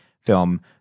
film